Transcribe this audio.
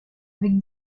avec